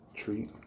treat